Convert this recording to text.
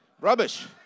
Rubbish